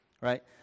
right